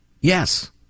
Yes